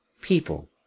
people